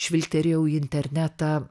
žvilgterėjau į internetą